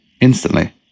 Instantly